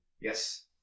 yes